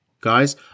Guys